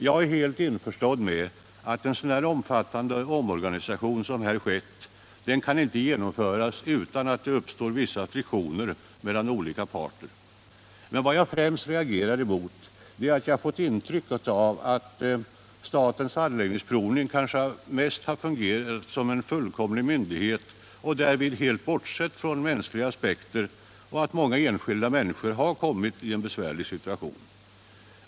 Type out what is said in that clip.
Jag inser mycket väl att en så omfattande omorganisation som den ifrågavarande inte kan genomföras utan att det uppstår vissa friktioner mellan olika parter. Vad jag främst reagerat mot är att Statens Anläggningsprovning kanske mest fungerat som en fullkomlig myndighet, varvid den helt bortsett från mänskliga aspekter, så att många enskilda kommit i en besvärlig situation.